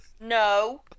No